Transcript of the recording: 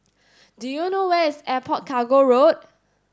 do you know where is Airport Cargo Road